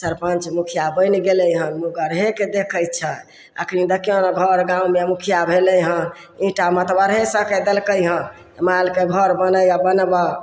सरपञ्च मुखिया बनि गेलय हन मुँहगरहेके देखय छै अखनी देखियौ ने घर गाँवमे मुखिया भेलैहँ ईटा मतबरहे सभके देलकय हँ मालके घर बन्है आओर बनबऽ